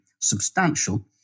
substantial